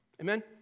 Amen